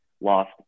lost